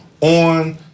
on